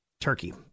Turkey